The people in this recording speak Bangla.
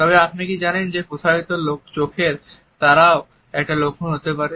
তবে আপনি কি জানেন যে প্রসারিত চোখের তারাও এর একটি লক্ষণ হতে পারে